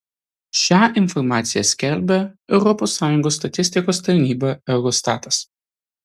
šią informaciją skelbia europos sąjungos statistikos tarnyba eurostatas